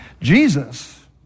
Jesus